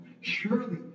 surely